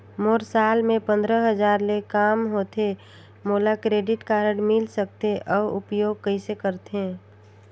मोर साल मे पंद्रह हजार ले काम होथे मोला क्रेडिट कारड मिल सकथे? अउ उपयोग कइसे करथे?